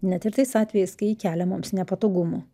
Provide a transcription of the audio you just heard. net ir tais atvejais kai ji kelia mums nepatogumų